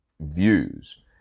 views